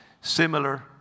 similar